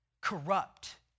corrupt